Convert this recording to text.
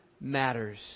matters